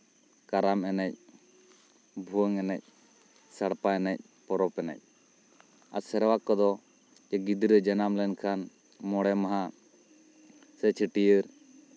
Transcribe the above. ᱠᱟᱨᱟᱢ ᱮᱱᱮᱡ ᱵᱷᱩᱭᱟᱹᱝ ᱮᱱᱮᱡ ᱥᱟᱲᱯᱟ ᱮᱱᱮᱡ ᱯᱚᱨᱚᱵᱽ ᱮᱱᱮᱡ ᱟᱨ ᱥᱮᱨᱣᱟ ᱠᱚᱫᱚ ᱜᱤᱫᱽᱨᱟᱹᱭ ᱡᱟᱱᱟᱢ ᱞᱮᱱᱠᱷᱟᱱ ᱢᱚᱬᱮ ᱢᱟᱦᱟ ᱥᱮ ᱪᱷᱟᱹᱴᱭᱟᱹᱨ